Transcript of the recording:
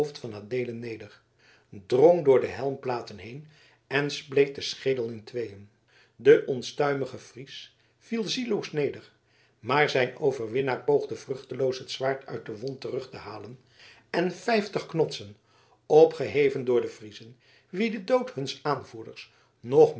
van adeelen neder drong door de helmplaten heen en spleet den schedel in tweeën de onstuimige fries viel zielloos neder maar zijn overwinnaar poogde vruchteloos het zwaard uit de wond terug te halen en vijftig knotsen opgeheven door de friezen wie de dood huns aanvoerders nog